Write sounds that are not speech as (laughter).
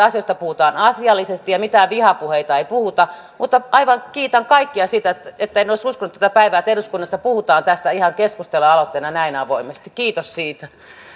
(unintelligible) asioista puhutaan asiallisesti eikä mitään vihapuheita puhuta kiitän kaikkia siitä en olisi uskonut tätä päivää että eduskunnassa puhutaan tästä ihan keskustelualoitteena näin avoimesti kiitos siitä